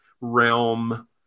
realm